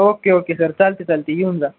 okay okay sir चालते चालते येऊन जा